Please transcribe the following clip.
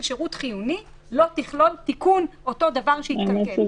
שירות חיוני לא תכלול תיקון אותו דבר שיתקלקל.